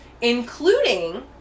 including